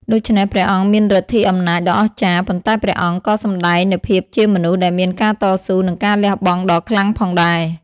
ដូច្នេះ ព្រះអង្គមានឫទ្ធិអំណាចដ៏អស្ចារ្យ ប៉ុន្តែព្រះអង្គក៏សម្ដែងនូវភាពជាមនុស្សដែលមានការតស៊ូ និងការលះបង់ដ៏ខ្លាំងផងដែរ ។